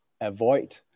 avoid